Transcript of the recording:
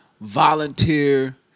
volunteer